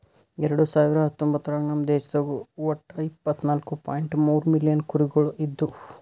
ಎರಡು ಸಾವಿರ ಹತ್ತೊಂಬತ್ತರಾಗ ನಮ್ ದೇಶದಾಗ್ ಒಟ್ಟ ಇಪ್ಪತ್ನಾಲು ಪಾಯಿಂಟ್ ಮೂರ್ ಮಿಲಿಯನ್ ಕುರಿಗೊಳ್ ಇದ್ದು